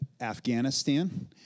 Afghanistan